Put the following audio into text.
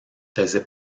faisait